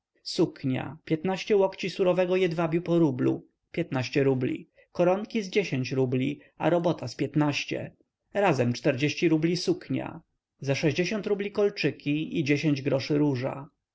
suknia piętnaście łokci surowego jedwabiu po rublu piętnaście rubli koronki z dziesięć rubli a robota z piętnaście razem czterdzieści rubli suknia ze stopięćdziesiąt rubli kolczyki i dziesięć groszy róża